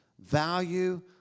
Value